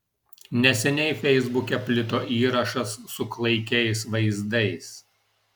neseniai feisbuke plito įrašas su klaikiais vaizdais